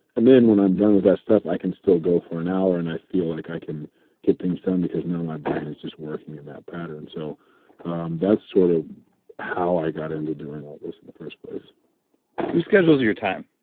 and then when i'm done with that stuff, i can still go for an hour and i feel like i can get things done because now my brain is just working in that pattern. so um that's sort of how i got into doing all this in the first place who schedules your time?